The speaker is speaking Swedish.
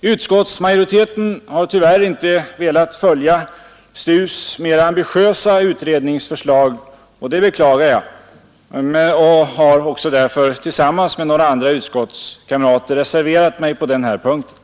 Utskottsmajoriteten har tyvärr inte velat följa STU:s mera ambitiösa utredningsförslag. Det beklagar jag och har också därför tillsammans med några utskottskamrater reserverat mig på den här punkten.